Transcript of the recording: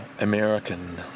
American